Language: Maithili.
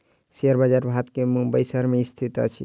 शेयर बजार भारत के मुंबई शहर में स्थित अछि